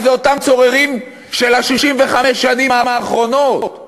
אבל אלה אותם צוררים של 65 השנים האחרונות,